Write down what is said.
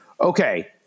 okay